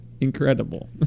Incredible